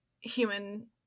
human